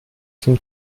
zum